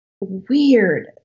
weird